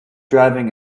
driving